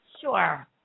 Sure